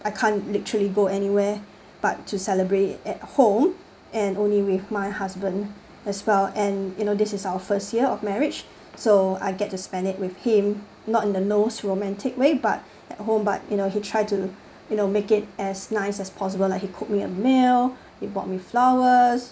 I can't literally go anywhere but to celebrate at home and only with my husband as well and you know this is our first year of marriage so I get to spend it with him not in the most romantic way but at home but you know he try to you know make it as nice as possible like he cook me a meal he bought me flowers